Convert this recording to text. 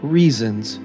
reasons